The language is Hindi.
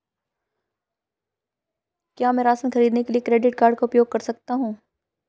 क्या मैं राशन खरीदने के लिए क्रेडिट कार्ड का उपयोग कर सकता हूँ?